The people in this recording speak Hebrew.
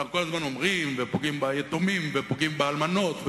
אנחנו כל הזמן אומרים: פוגעים ביתומים ופוגעים באלמנות,